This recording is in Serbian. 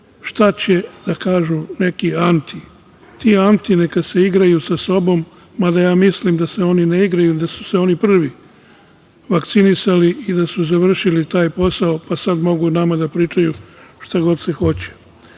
šta će da kažu neki anti. Ti anti neka se igraju sa sobom, mada ja mislim da se oni ne igraju, da su se oni prvi vakcinisali i da su završili taj posao, pa sad mogu nama da pričaju šta god hoće. Ovaj